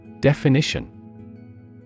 Definition